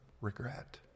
regret